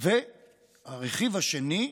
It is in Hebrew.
הרכיב השני,